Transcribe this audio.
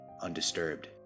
undisturbed